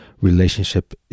relationship